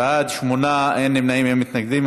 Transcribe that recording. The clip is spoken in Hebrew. בעד, שמונה, אין נמנעים ואין מתנגדים.